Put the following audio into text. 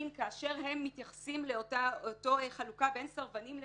כאשר בתי הדין מתייחסים לאותה חלוקה בין סרבנים וסרבניות,